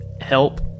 help